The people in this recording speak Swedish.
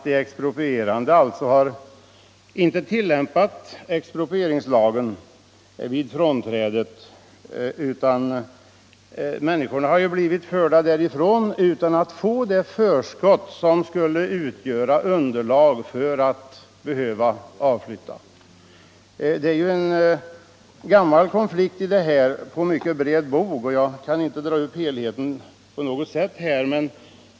De exproprierande har ju inte tillämpat expropriationslagen vid frånträdet, utan människorna har blivit förda därifrån utan att få det förskott som skulle utgöra underlag för skyldigheten att avflytta. Det gäller ju en gammal konflikt på mycket bred bog, och jag kan inte här på något sätt redogöra för helheten.